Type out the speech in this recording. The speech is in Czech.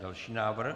Další návrh.